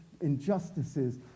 Injustices